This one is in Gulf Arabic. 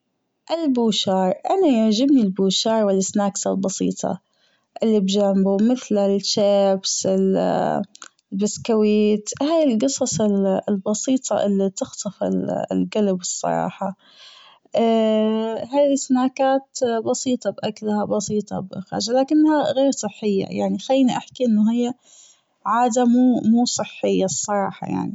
البوشار أنا يعجبني البوشار والاسناكس البسيطة اللي بجمبه مثل الشيبس البسكويت هي الجصص البسيطة اللي تخطف القلب الصراحة هي الاسناكات بسيطة بأكلها بسيطة ب لكنها غير صحية خليني أحكي أنها عادة مو مو صحية الصراحة يعني.